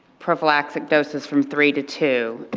prophylaxis doses from three to two.